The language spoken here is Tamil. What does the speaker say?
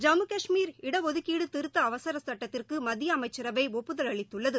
ஜம்மு காஷ்மீர் இடஒதுக்கீடு திருத்த அவசரச் சட்டத்திற்கு மத்திய அமைச்சரவை ஒப்புதல் அளித்துள்ளது